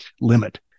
limit